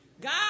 God